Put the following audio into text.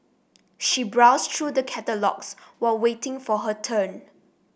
she browsed through the catalogues while waiting for her turn